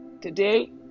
today